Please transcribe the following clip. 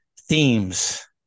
themes